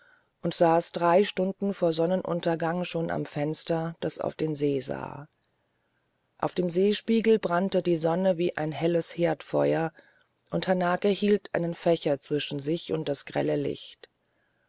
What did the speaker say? und saß drei stunden vor sonnenuntergang schon am fenster das auf den see sah auf dem seespiegel brannte die sonne wie ein helles herdfeuer und hanake hielt einen fächer zwischen sich und das grelle licht